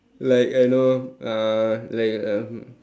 like I know uh like uh